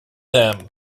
them